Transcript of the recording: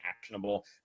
actionable